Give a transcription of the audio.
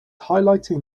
highlighting